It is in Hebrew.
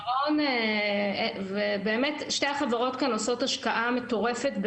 ירון ובאמת שתי החברות כאן עושות השקעה מטורפת.